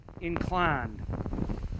inclined